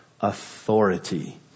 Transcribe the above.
authority